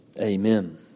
Amen